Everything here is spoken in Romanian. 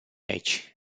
aici